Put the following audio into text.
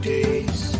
Days